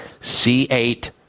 C8